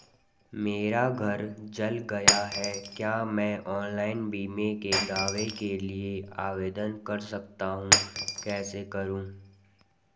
मेरा घर जल गया है क्या मैं ऑनलाइन बीमे के दावे के लिए आवेदन कर सकता हूँ कैसे करूँ?